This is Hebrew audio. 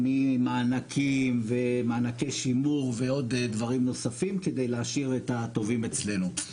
ממענקים ומענקי שימור ועוד דברים נוספים כדי להשאיר את הטובים אצלנו.